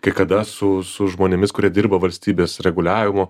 kai kada su su žmonėmis kurie dirba valstybės reguliavimo